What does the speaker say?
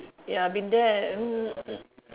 ya I've been there mm mm